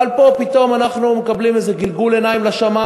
אבל פה פתאום אנחנו מקבלים איזה גלגול עיניים לשמים: